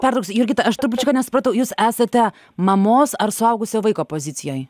pertrauksiu jurgita aš trupučiuką nesupratau jūs esate mamos ar suaugusio vaiko pozicijoj